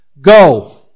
Go